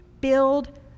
build